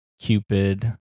Cupid